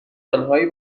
آنهایی